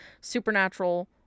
supernatural